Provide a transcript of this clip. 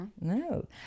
No